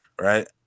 Right